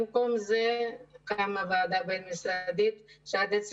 עם כל זה קמה ועדה בין-משרדית שעד עצם